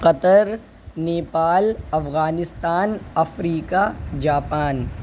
Qatar Nepal Afghanistan Africa Japan